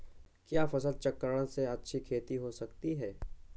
क्या फसल चक्रण से अच्छी खेती हो सकती है?